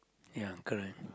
ya correct